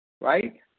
right